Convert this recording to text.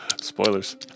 Spoilers